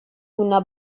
una